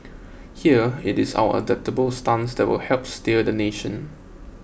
here it is our adaptable stance that will help steer the nation